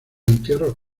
entierros